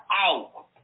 out